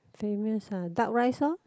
famous ah duck rice lor